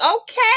okay